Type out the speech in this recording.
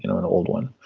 you know an old one.